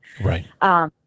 Right